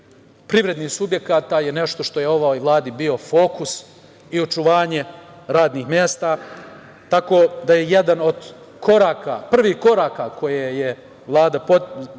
privrednih subjekata je nešto što je ovoj Vladi bio fokus i očuvanje radnih mesta, tako da je jedan od koraka, prvih koraka koje je Vlada započela